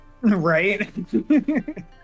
right